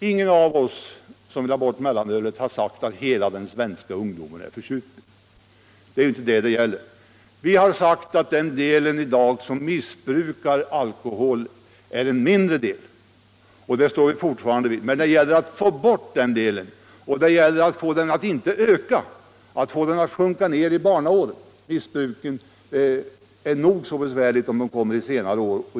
Ingen av oss som vill ha bort mellanölet har sagt att all svensk ungdom är försupen. Det är inte det det gäller. Vi har sagt att de ungdomar som i dag missbrukar alkohol utgör en mindre del, och det står vi fast vid. Men det gäller att få bort den delen, eller åtminstone inte få den att öka. Och det gäller att hindra alkoholmissbruket från att sprida sig ner i allt yngre åldrar.